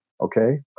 okay